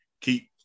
Keep